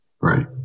Right